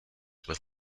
with